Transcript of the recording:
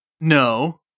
No